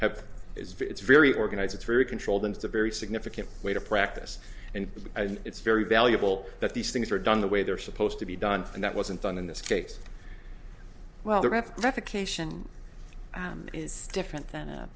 have is very it's very organized it's very controlled and it's a very significant way to practice and it's very valuable that these things are done the way they're supposed to be done and that wasn't done in this case well the rep verification is different than